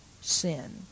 sin